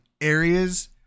areas